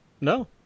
No